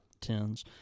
tins